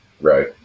right